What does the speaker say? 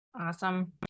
Awesome